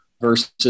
versus